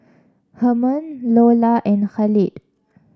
Hermon Loula and Khalid